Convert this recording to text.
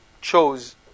chose